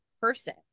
person